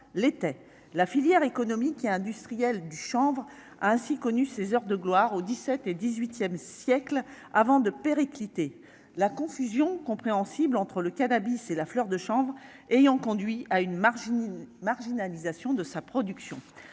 la filière économique et du chanvre a ainsi connu ses heures de gloire au XVII et XVIIIe siècles avant de péricliter la confusion compréhensible entre le cannabis et la fleur de chambre ayant conduit à une marge une marginalisation de sa production